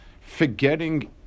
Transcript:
forgetting